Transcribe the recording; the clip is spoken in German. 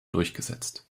durchgesetzt